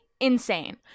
Insane